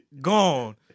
gone